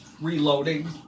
Reloading